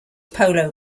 polo